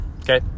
Okay